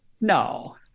No